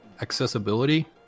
accessibility